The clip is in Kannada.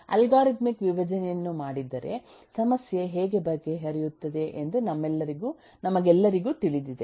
ಅಲ್ಗಾರಿದಮಿಕ್ ವಿಭಜನೆಯನ್ನು ಮಾಡಿದ್ದರೆ ಸಮಸ್ಯೆ ಹೇಗೆ ಬಗೆಹರಿಯುತ್ತದೆ ಎಂದು ನಮಗೆಲ್ಲರಿಗೂ ತಿಳಿದಿದೆ